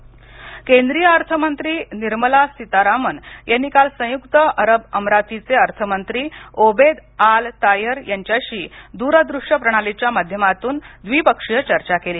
सीतारामन केंद्रीय अर्थमंत्री निर्मला सीतारामन यांनी काल संयुक्त अरब अमिरातीचे अर्थमंत्री ओबेद आल तायर यांच्याशी द्रदृश्य प्रणालीच्या माध्यमातून द्विपक्षीय चर्चा केली